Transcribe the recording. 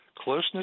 closeness